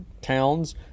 towns